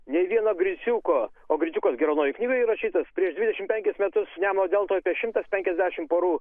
nė vieno bridžiuko o bridžiukas gi raudonojoj knygoj įrašytas prieš dvidešimt penkis metus nemuno deltoj apie šimtas penkiasdešimt porų